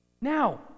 Now